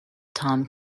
tom